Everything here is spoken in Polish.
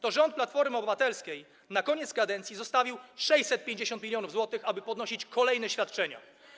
To rząd Platformy Obywatelskiej na koniec kadencji zostawił 650 mln zł, aby podnosić kolejne świadczenia.